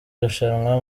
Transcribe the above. rushanwa